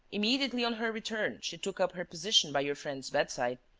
immediately on her return, she took up her position by your friend's bedside.